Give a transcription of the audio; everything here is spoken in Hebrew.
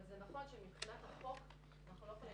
אבל זה נכון שמבחינת החוק אנחנו לא יכולים